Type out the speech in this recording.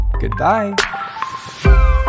Goodbye